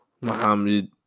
Muhammad